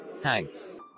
Thanks